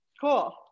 Cool